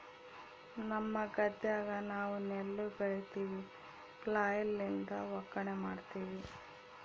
ನಮ್ಮ ಗದ್ದೆಗ ನಾವು ನೆಲ್ಲು ಬೆಳಿತಿವಿ, ಫ್ಲ್ಯಾಯ್ಲ್ ಲಿಂದ ಒಕ್ಕಣೆ ಮಾಡ್ತಿವಿ